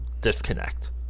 disconnect